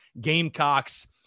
Gamecocks